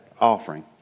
offering